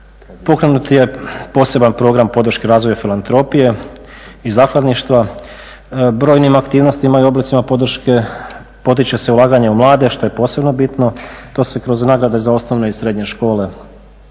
Pokrenut je poseban program podrške razvoja filantropije i zakladništva. Brojnim aktivnostima i oblicima podrške potiče se ulaganje u mlade što je posebno bitno, to se kroz nagrade za osnovne i srednje škole